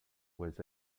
was